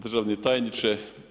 Državni tajniče.